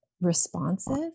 responsive